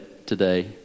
today